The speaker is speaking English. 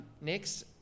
next